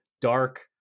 dark